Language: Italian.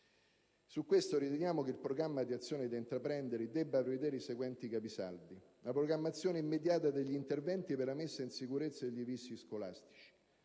proposito, riteniamo che il programma di azioni da intraprendere debba prevedere i seguenti capisaldi: la programmazione immediata degli interventi per la messa in sicurezza degli edifici scolastici;